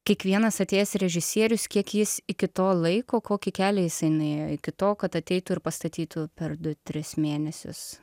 kiekvienas atėjęs režisierius kiek jis iki to laiko kokį kelią jisai nuėjo iki to kad ateitų ir pastatytų per du tris mėnesius